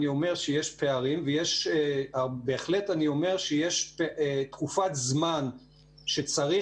אני אומר שיש פערים ובהחלט אני אומר שיש תקופת זמן שצריך